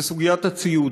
וסוגיית הציוד.